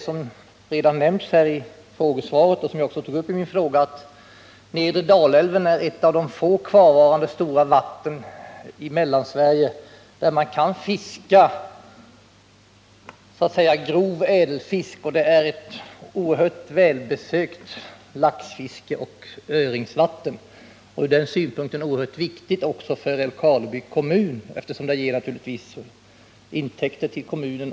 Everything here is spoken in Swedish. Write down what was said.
Som nämnts i svaret och också i min fråga är nedre Dalälven ett av de få kvarvarande stora vatten i Mellansverige där man kan fiska så att säga grov ädelfisk, och det är ett oerhört välbesökt laxfiskeoch öringsvatten. Det är ur den synpunkten också oerhört viktigt för Älvkarleby kommun, eftersom fisket ger intäkter till kommunen.